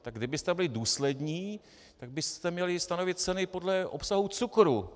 Tak kdybyste byli důslední, tak byste měli stanovit ceny podle obsahu cukru.